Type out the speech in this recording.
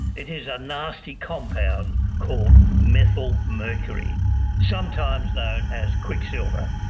it is a nasty compound called methylmercury, sometimes known as quicksilver.